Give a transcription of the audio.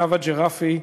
נאוה ג'רפי.